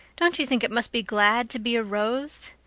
don't you think it must be glad to be a rose?